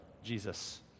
Jesus